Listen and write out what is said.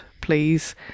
please